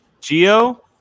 Geo